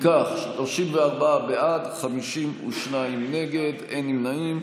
אם כך, 34 בעד, 52 נגד, אין נמנעים.